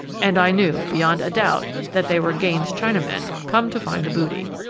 and i knew, beyond a doubt, that they were gaines's chinamen, come to find the booty.